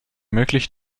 möglich